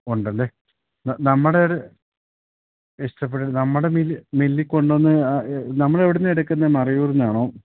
ഉണ്ടല്ലേ നമ്മുടെ ഒരു ഇഷ്ടപ്പെടും നമ്മുടെ മില്ലിൽ കൊണ്ടുവന്ന് നമ്മൾ എവിടെ നിന്നാണ് എടുക്കുന്നത് മറയൂറിൽ നിന്നാണോ